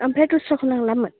ओमफ्राय दस्राखौ नांलामोन